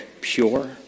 pure